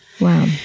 Wow